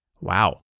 Wow